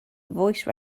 voice